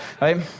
right